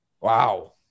Wow